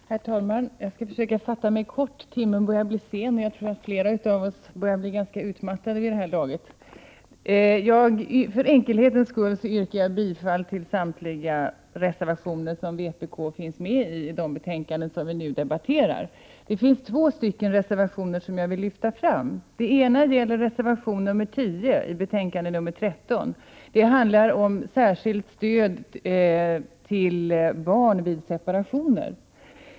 Herr talman! Jag skall försöka fatta mig kort, eftersom timmen börjar bli sen och jag tror att flera av oss börjar bli ganska utmattade vid det här laget. För enkelhetens skull yrkar jag bifall till samtliga reservationer som vpk står bakom i de betänkanden som vi nu debatterar. Det finns två reservationer som jag särskilt vill lyfta fram. Den ena är reservation 10 i betänkande 13, vilken handlar om särskilt stöd till barn vid separationer.